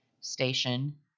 Station